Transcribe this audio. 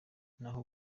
naho